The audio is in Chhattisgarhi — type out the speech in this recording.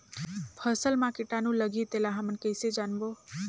फसल मा कीटाणु लगही तेला हमन कइसे जानबो?